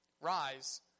Rise